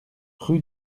rue